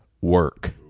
Work